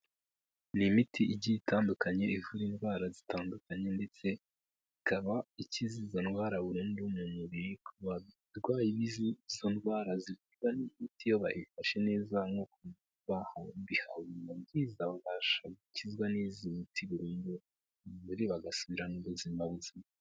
Ni imiti igiye itandukanye, ivura indwara zitandukanye, ndetse ikaba ikiza izo ndwara burundu mu mubiri, ku barwayi b'izo ndwara zikira, imiti iyo bayifashe neza nk'uko babihawe, babasha gukizwa n'izi miti burundu, mu mubiri bagasubirana ubuzima buzima.